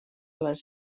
les